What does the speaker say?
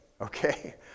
okay